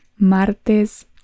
Martes